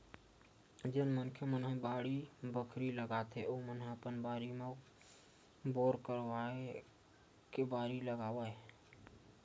जेन मनखे मन ह बाड़ी बखरी लगाथे ओमन ह अपन बारी म बोर करवाके बारी लगावत